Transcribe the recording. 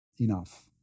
enough